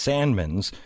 Sandman's